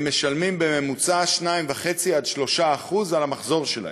הם משלמים בממוצע 2.5% 3% על המחזור שלהם,